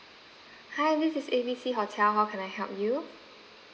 hi this is A B C hotel how can I help you